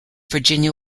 virginia